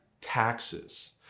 taxes